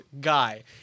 guy